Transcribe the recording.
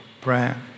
prayer